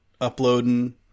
uploading